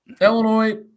Illinois